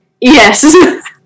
Yes